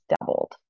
doubled